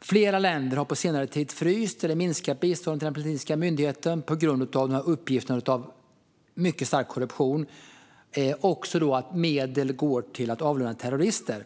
flera länder på senare tid har fryst eller minskat biståndet till den palestinska myndigheten på grund av uppgifter om stark korruption och att medel går till att avlöna terrorister.